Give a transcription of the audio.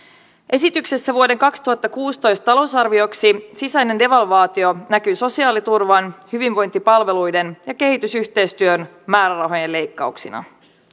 esityksessä vuoden kaksituhattakuusitoista talousarvioksi sisäinen devalvaatio näkyy sosiaaliturvan hyvinvointipalveluiden ja kehitysyhteistyön määrärahojen leikkauksina